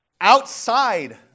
outside